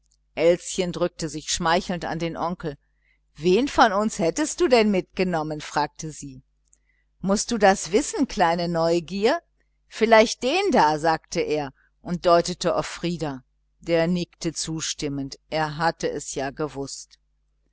elschen drückte sich schmeichelnd an den onkel wen von uns hättest du denn mitgenommen fragte sie mußt du das wissen kleine neugier vielleicht den da sagte er und deutete auf frieder der nickte zustimmend er hatte es ja gewußt